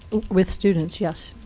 with students, yes.